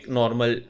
normal